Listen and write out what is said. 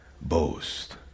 boast